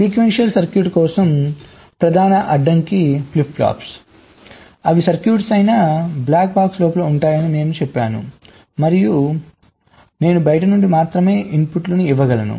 sequential circuit కోసం ప్రధాన అడ్డంకి ఫ్లిప్ ఫ్లాప్స్ అవి సర్క్యూట్ అయిన బ్లాక్ బాక్స్ లోపల ఉంటాయని నేను చెప్పాను మరియు నేను బయటి నుండి మాత్రమే ఇన్పుట్లను ఇవ్వగలము